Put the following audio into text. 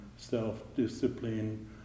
self-discipline